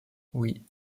oui